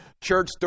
church